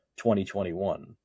2021